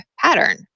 pattern